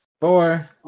four